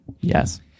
yes